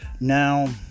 Now